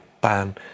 ban